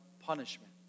punishment